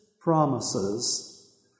promises